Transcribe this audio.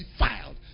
defiled